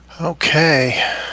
Okay